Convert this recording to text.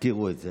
הזכירו את זה,